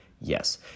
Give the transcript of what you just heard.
Yes